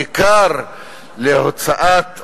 ככר להוצאת,